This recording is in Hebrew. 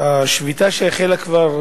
השביתה שהחלה כבר,